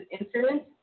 instruments